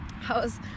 How's